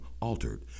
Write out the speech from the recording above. altered